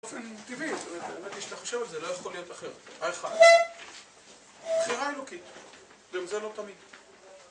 באופן טבעי, באמת שאתה חושב על זה, לא יכול להיות אחר, האחד בחירה אלוקית, גם זה לא תמיד